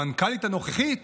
המנכ"לית הנוכחית